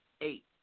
eight